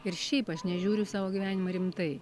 ir šiaip aš nežiūriu į savo gyvenimą rimtai